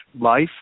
life